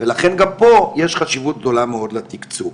ולכן גם פה יש חשיבות גדולה מאוד לתיקצוב.